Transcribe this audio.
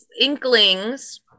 inklings